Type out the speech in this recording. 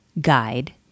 guide